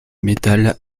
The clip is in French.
metal